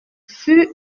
fut